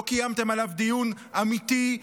לא קיימתם עליו דיון אמיתי,